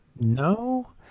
no